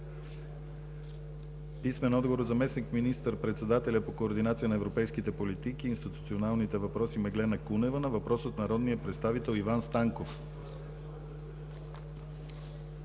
писмен отговор от заместник министър-председателя по координация на европейските политики и институционалните въпроси Меглена Кунева на въпрос от народния представител Иван Станков;